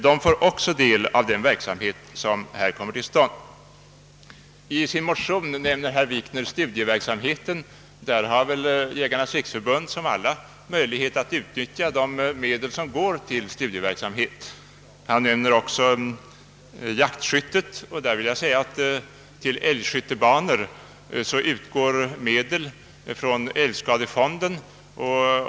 De får också fördel av den verksamhet som Svenska jägareförbundet bedriver. I sin motion nämner herr Wikner studieverksamheten. Därvidlag har väl Jägarnas riksförbund som andra organisationer möjlighet att utnyttja de allmänna medel som går till studieverksamheten. Han nämner också jaktskyttet. Jag vill påminna om att till älgskyttebanor utgår medel från älgskadefonden.